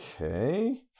Okay